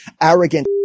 arrogant